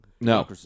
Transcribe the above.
No